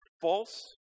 false